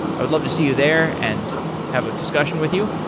i would love to see you there and have a discussion with you.